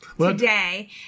today